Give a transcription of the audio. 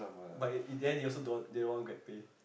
but in the end they also they don't want they don't want Grabpay